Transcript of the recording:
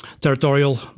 territorial